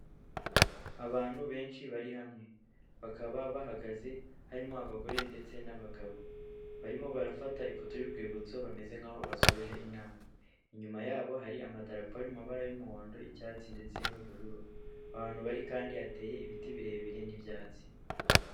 Abantu benshi bari hamwe, bakaba bahagaze, harimo abagore, ndetse n'abagabo. Barimo barafata ifoto y'urwibutso, bameze nk'aho basoje inama, inyuma yabo hari amatarapo yo mu mabara y'umuhondo, icyatsi, ndetse n'ubururu. Ahantu bari kandi hateye ibiti birebire n'ibyatsi.